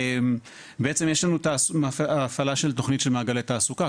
יש לנו הפעלה של תכנית של מעגלי תעסוקה.